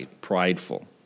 prideful